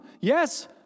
Yes